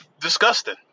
disgusting